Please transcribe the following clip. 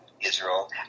Israel